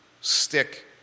stick